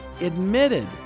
admitted